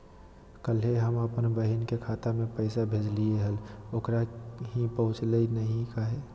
कल्हे हम अपन बहिन के खाता में पैसा भेजलिए हल, ओकरा ही पहुँचलई नई काहे?